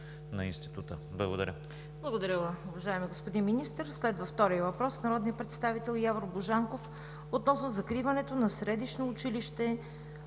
на Института. Благодаря.